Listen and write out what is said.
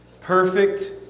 perfect